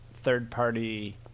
third-party